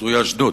אשדוד.